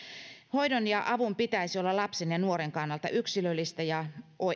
hoidon ja avun pitäisi olla lapsen ja nuoren kannalta yksilöllistä ja